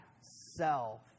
self